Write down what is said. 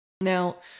Now